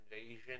invasion